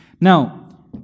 Now